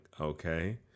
okay